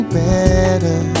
better